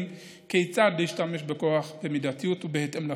כיצד להשתמש בכוח במידתיות ובהתאם לחוק,